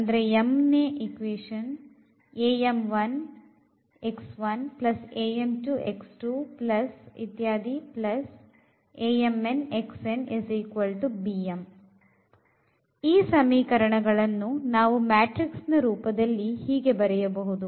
ಅಂದರೆ ನಾವು 12 ಹೀಗೆ m ಸಮೀಕರಣಗಳನ್ನು ಹೊಂದಿದ್ದೇವೆ ಮತ್ತು ಮತ್ತು ಈ ಸಮೀಕರಣಗಳನ್ನು ನಾವು ಮ್ಯಾಟ್ರಿಕ್ಸ್ ರೂಪದಲ್ಲಿ ಹೀಗೆ ಬರೆಯಬಹುದು